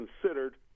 considered